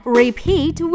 repeat